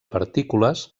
partícules